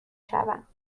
شوم